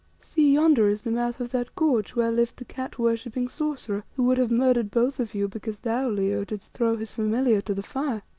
see, yonder is the mouth of that gorge where lived the cat-worshipping sorcerer, who would have murdered both of you because thou, leo, didst throw his familiar to the fire.